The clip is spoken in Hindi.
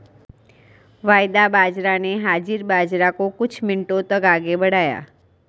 वायदा बाजार ने हाजिर बाजार को कुछ मिनटों तक आगे बढ़ाया